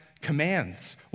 Commands